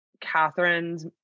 Catherine's